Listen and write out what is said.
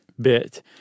bit